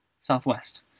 Southwest